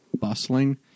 bustling